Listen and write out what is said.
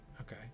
Okay